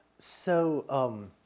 so, um,